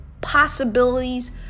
possibilities